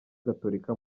gatolika